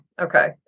Okay